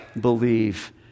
believe